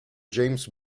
james